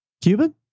Cuban